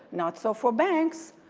not so for banks.